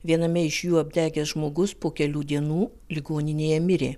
viename iš jų apdegęs žmogus po kelių dienų ligoninėje mirė